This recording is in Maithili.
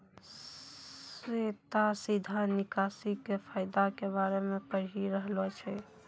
श्वेता सीधा निकासी के फायदा के बारे मे पढ़ि रहलो छै